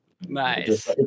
Nice